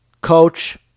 Coach